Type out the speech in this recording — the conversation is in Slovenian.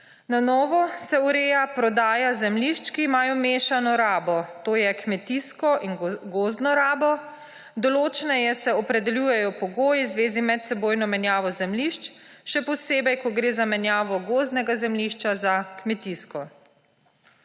Na novo se ureja prodaja zemljišč, ki imajo mešano rabo, to je kmetijsko in gozdno rabo. Določneje se opredeljujejo pogoji v zvezi z medsebojno menjavo zemljišč, še posebej ko gre za menjavo gozdnega zemljišča za kmetijsko.